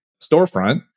storefront